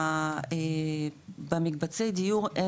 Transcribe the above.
במקבצי דיור,